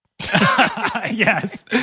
Yes